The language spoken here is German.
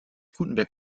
gutenberg